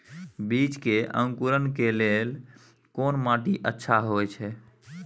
बीज के अंकुरण के लेल कोन माटी अच्छा होय छै?